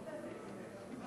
בבקשה, אדוני.